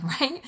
right